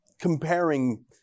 comparing